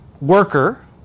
worker